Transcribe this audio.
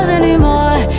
anymore